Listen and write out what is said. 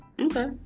Okay